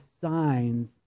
signs